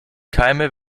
keime